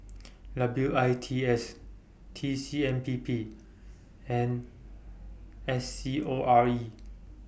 W I T S T C M P P and S C O R E